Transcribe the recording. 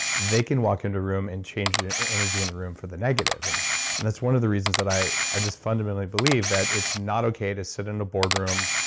they can walk into a room and change the energy in the room for the negative. and and that's one of the reasons that i i just fundamentally believe that it's not okay to sit in a boardroom,